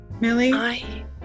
Millie